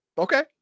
Okay